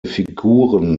figuren